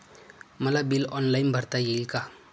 मला bill online भरता येईल का?